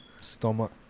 Stomach